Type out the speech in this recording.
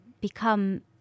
become